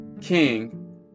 King